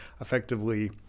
effectively